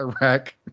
rack